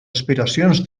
aspiracions